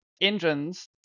Engines